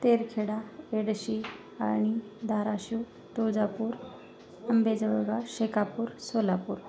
तेरखेडा एडशी आणि धाराशिव तुळजापूर अंबेजवळगा शेकापूर सोलापूर